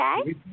Okay